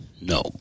No